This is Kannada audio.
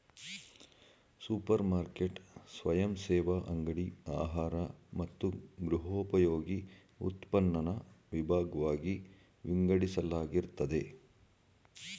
ಸೂಪರ್ ಮಾರ್ಕೆಟ್ ಸ್ವಯಂಸೇವಾ ಅಂಗಡಿ ಆಹಾರ ಮತ್ತು ಗೃಹೋಪಯೋಗಿ ಉತ್ಪನ್ನನ ವಿಭಾಗ್ವಾಗಿ ವಿಂಗಡಿಸಲಾಗಿರ್ತದೆ